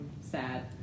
sad